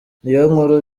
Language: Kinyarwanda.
niyonkuru